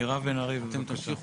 מירב בן ארי, בבקשה.